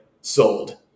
sold